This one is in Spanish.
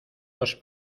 los